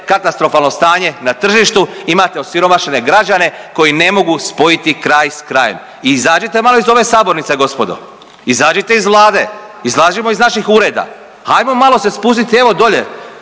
katastrofalno stanje na tržištu, imate osiromašene građane koji ne mogu spojiti kraj s krajem. Izađite malo iz ove sabornice, gospodo. Izađite iz vlade, izađimo iz naših ureda. Hajmo malo se spustiti, evo, dolje